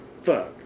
fuck